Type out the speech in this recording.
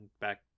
back